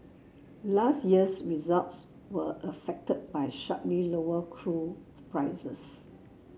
last year's results were affected by sharply lower prices